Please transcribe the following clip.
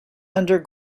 under